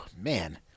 man